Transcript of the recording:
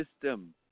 system